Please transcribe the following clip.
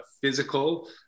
physical